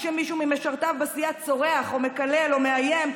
כשמישהו ממשרתיו בסיעה צורח או מקלל או מאיים,